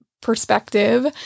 perspective